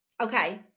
Okay